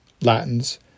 Latins